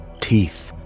teeth